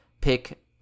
pick